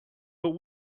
but